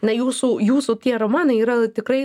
na jūsų jūsų tie romanai yra tikrai